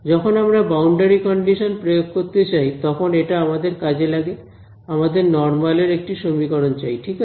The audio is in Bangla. যখন আমরা বাউন্ডারি কন্ডিশন প্রয়োগ করতে চাই তখন এটা আমাদের কাজে লাগে আমাদের নরমালের একটি সমীকরণ চাই ঠিক আছে